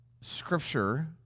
Scripture